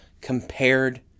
compared